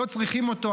לא צריכים אותו,